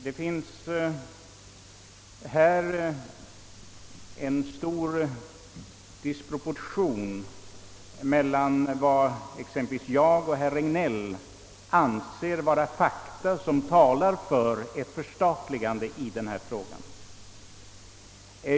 Det föreligger tydligen en stor divergens mellan exempelvis min och herr Regnélls uppfattning om vilka fakta som talar för ett förstatligande i denna fråga.